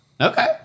Okay